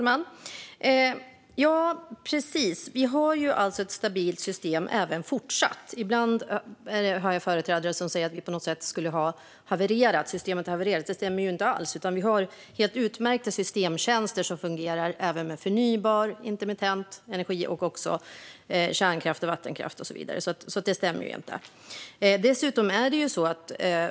Fru talman! Vi har även fortsatt ett stabilt system. Ibland hör jag företrädare som säger att systemet på något sätt har havererat. Det stämmer inte alls. Vi har helt utmärkta systemtjänster som fungerar även med förnybar, intermittent energi och också kärnkraft, vattenkraft och så vidare.